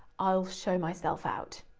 i'll show myself out.